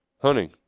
Hunting